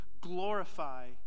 glorify